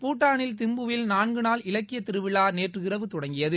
பூடாளின் திம்புவில் நான்கு நாள் இலக்கிய திருவிழா நேற்றிரவு தொடங்கியது